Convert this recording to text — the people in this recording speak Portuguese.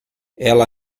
ela